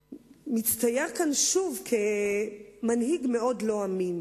מצטייר כאן שוב כמנהיג מאוד לא אמין.